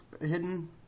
Hidden